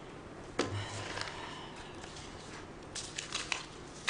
14:50.